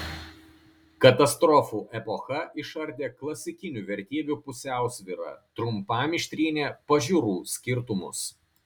katastrofų epocha išardė klasikinių vertybių pusiausvyrą trumpam ištrynė pažiūrų skirtumus